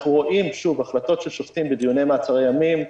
אנחנו רואים החלטות של שופטים בדיוני מעצרי ימים,